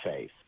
faith